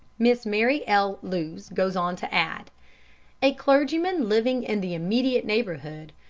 miss mary l. lewes goes on to add a clergyman living in the immediate neighbourhood,